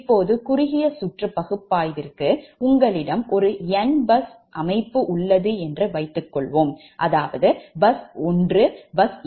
இப்போது குறுகிய சுற்று பகுப்பாய்விற்கு உங்களிடம் 𝑛 பஸ் சக்தி அமைப்பு உள்ளது என்று வைத்துக்கொள்வோம் அதாவது பஸ் 1 பஸ் 2 பஸ்